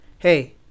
Hey